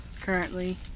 currently